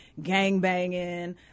gangbanging